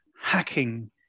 hacking